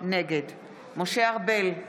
נגד משה ארבל,